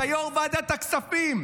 אתה יו"ר ועדת הכספים.